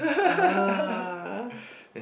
oh